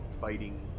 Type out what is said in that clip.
fighting